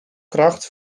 kracht